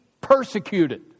persecuted